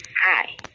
Hi